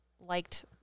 liked